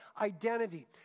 identity